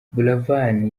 buravan